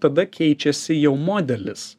tada keičiasi jau modelis